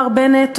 מר בנט,